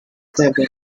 seven